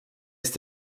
ist